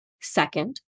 Second